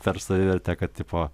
per savivertę kad tipo